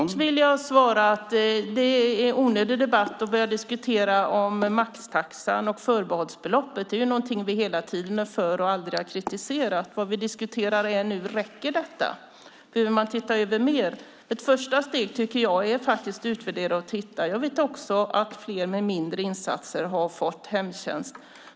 Herr talman! Först vill jag svara att det är onödigt att börja diskutera maxtaxan och förbehållsbeloppet. Det är någonting vi hela tiden har varit för och aldrig har kritiserat. Vad vi diskuterar nu är om det räcker. Behöver man titta över detta mer? Ett första steg tycker jag är att utvärdera och titta. Jag vet också att fler med mindre insatser har fått hemtjänst.